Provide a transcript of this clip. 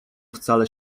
wcale